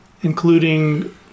including